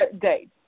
date